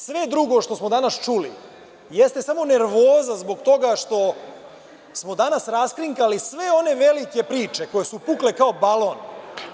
Sve drugo što smo danas čuli jeste samo nervoza zbog toga što smo danas rasklinkali sve one velike priče koje su pukle kao balon o razvoju Smedereva…